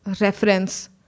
reference